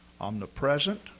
Omnipresent